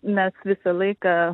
mes visą laiką